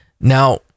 Now